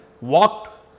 walked